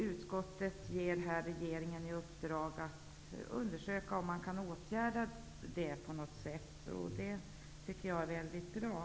Utskottet föreslår att regeringen skall ges i uppdrag att undersöka om man kan åtgärda detta på något sätt, och det tycker jag är mycket bra.